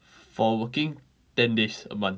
for working ten days a month